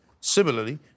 similarly